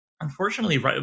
unfortunately